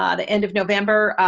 ah the end of november.